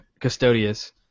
custodius